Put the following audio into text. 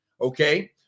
okay